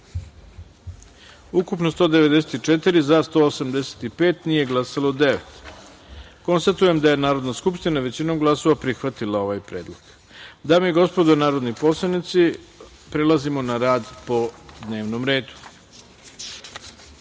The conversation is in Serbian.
ukupno - 194, za – 185, nije glasalo – devet. Konstatujem da je Narodna skupština većinom glasova prihvatila ovaj predlog. Dame i gospodo narodni poslanici, prelazimo na rad po dnevnom